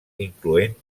incloent